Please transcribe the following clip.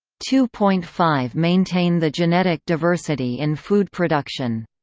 two point five maintain the genetic diversity in food production.